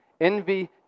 Envy